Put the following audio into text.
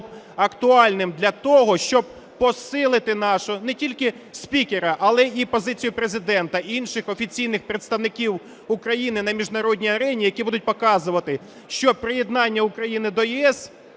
актуальним для того, щоб посилити нашу, не тільки спікера, але і позицію Президента, і інших офіційних представників України на міжнародній арені, які будуть показувати, що приєднання України до ЄС